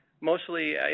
mostly